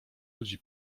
ludzi